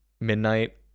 midnight